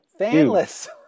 Fanless